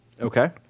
Okay